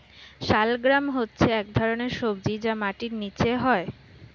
শালগ্রাম হচ্ছে এক ধরনের সবজি যা মাটির নিচে হয়